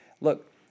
Look